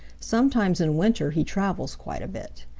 sometimes in winter he travels quite a bit.